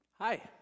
Hi